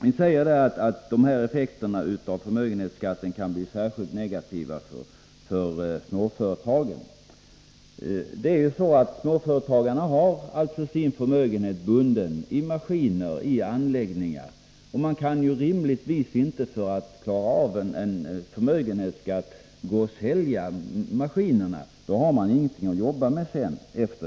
Vi säger att effekterna av förmögenhetsskatten kan bli särskilt negativa för småföretagen. Det är ju så, att småföretagaren har sin förmögenhet bunden i maskiner och anläggningar. Man kan rimligtvis inte sälja maskinerna för att klara av en förmögenhetsskatt — då har man ju sedan ingenting att jobba med.